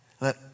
Let